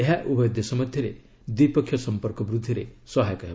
ଏହା ଉଭୟ ଦେଶ ମଧ୍ୟରେ ଦ୍ୱିପକ୍ଷିୟ ସମ୍ପର୍କ ବୃଦ୍ଧିରେ ସହାୟକ ହେବ